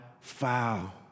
foul